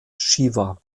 shiva